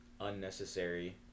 unnecessary